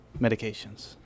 Medications